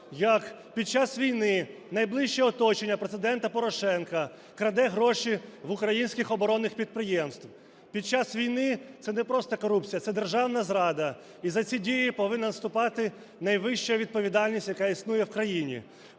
як під час війни найближче оточення Президента Порошенка краде гроші в українських оборонних підприємств. Під час війни це не просто корупція - це державна зрада, і за ці дії повинна наступати найвища відповідальність, яка існує в країні.